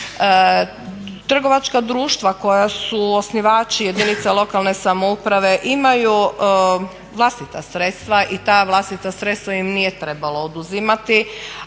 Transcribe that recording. Trgovačka društva koja su osnivači jedinica lokalne samouprave imaju vlastita sredstva i ta vlastita sredstva im nije trebalo oduzimati.